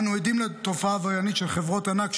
אנו עדים לתופעה עבריינית של חברות ענק,